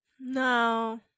No